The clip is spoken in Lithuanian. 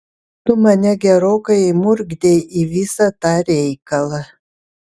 tu mane gerokai įmurkdei į visą tą reikalą